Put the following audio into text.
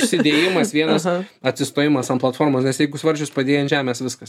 susidėjimas vienas atsistojimas ant platformos nes jeigu svarsčius padėjai ant žemės viskas